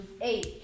eight